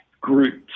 groups